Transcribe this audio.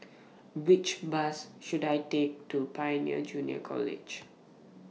Which Bus should I Take to Pioneer Junior College